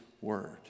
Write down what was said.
word